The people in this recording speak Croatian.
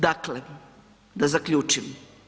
Dakle da zaključim.